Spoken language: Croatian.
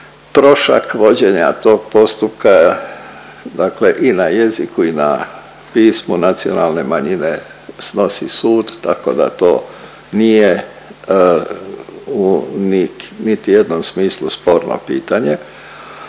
trošak vođenja tog postupka dakle i na jeziku i na pismu nacionalne manjine snosi sud, tako da to nije nit, niti u jednom smislu sporno pitanje.